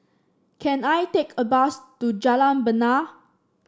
can I take a bus to Jalan Bena